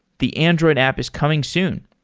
the android app is coming soon.